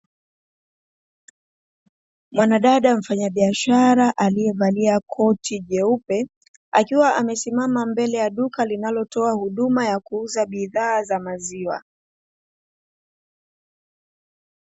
Mwanadada mfanyabiashara aliyevalia koti jeupe, akiwa amesimama mbele ya duka linalotoa huduma ya kuuza bidhaa za maziwa.